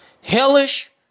hellish